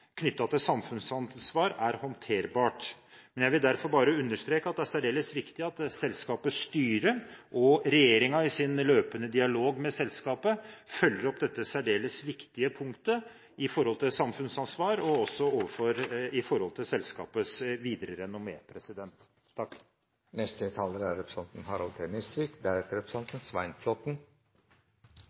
knyttet til samfunnsansvar, er håndterbart. Jeg vil derfor bare understreke at det er særdeles viktig at selskapets styre og regjeringen i sin løpende dialog med selskapet følger opp dette svært viktige punktet om samfunnsansvar og også når det gjelder selskapets videre